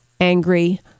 angry